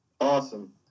Awesome